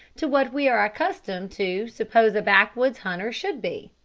to what we are accustomed to suppose a backwoods hunter should be.